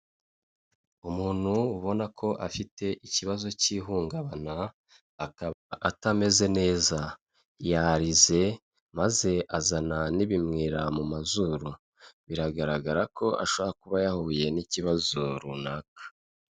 Umuntu ubona ko afite ikibazo cy'ihungabana akaba atameze neza yarize maze azana n'ibimwira mu mazuru biragaragara ko ashobora kuba yahuye n'ikibazo runaka.